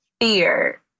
fear